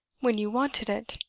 when you wanted it?